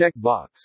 Checkbox